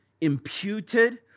imputed